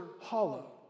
hollow